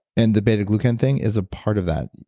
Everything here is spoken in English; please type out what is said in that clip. and the beta glucan thing is a part of that,